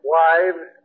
wives